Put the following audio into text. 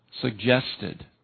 suggested